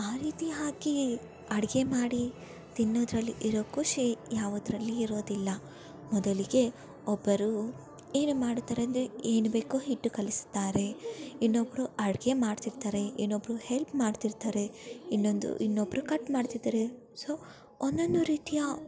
ಆ ರೀತಿ ಹಾಕಿಯೇ ಅಡಿಗೆ ಮಾಡಿ ತಿನ್ನೋದ್ರಲ್ಲಿ ಇರೋ ಖುಷಿ ಯಾವುದರಲ್ಲಿ ಇರೋದಿಲ್ಲ ಮೊದಲಿಗೆ ಒಬ್ಬರು ಏನು ಮಾಡುತ್ತಾರೆ ಅಂದರೆ ಏನು ಬೇಕೋ ಹಿಟ್ಟು ಕಲಿಸುತ್ತಾರೆ ಇನ್ನೊಬ್ಬರು ಅಡಿಗೆ ಮಾಡ್ತಿರ್ತಾರೆ ಇನ್ನೊಬ್ಬರು ಹೆಲ್ಪ್ ಮಾಡ್ತಿರ್ತಾರೆ ಇನ್ನೊಂದು ಇನ್ನೊಬ್ಬರು ಕಟ್ ಮಾಡ್ತಿರ್ತಾರೆ ಸೊ ಒಂದೊಂದು ರೀತಿಯ